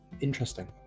interesting